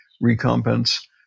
recompense